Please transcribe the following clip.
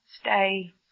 stay